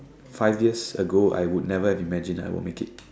five years ago I would never have imagined I would make it